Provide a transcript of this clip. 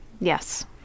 Yes